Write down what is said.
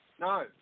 no